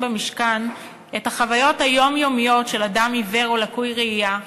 במשכן את החוויות היומיומיות של אדם עיוור או לקוי ראייה,